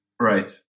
Right